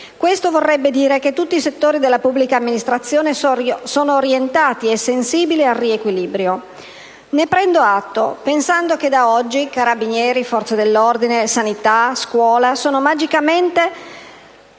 questo vorrebbe dire che tutti i settori della pubblica amministrazione sono orientati e sensibili al riequilibrio. Ne prendo atto, pensando che da oggi carabinieri, forze dell'ordine, sanità, scuola sono magicamente